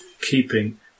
keeping